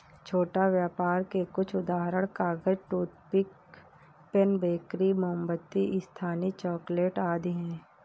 छोटा व्यापर के कुछ उदाहरण कागज, टूथपिक, पेन, बेकरी, मोमबत्ती, स्थानीय चॉकलेट आदि हैं